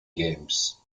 games